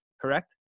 correct